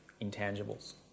intangibles